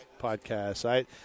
podcast